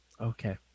Okay